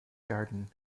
garden